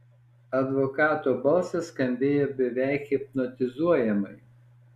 advokato balsas skambėjo beveik hipnotizuojamai